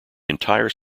entire